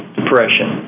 depression